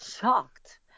shocked